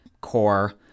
core